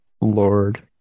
Lord